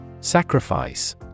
Sacrifice